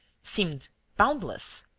seemed boundless.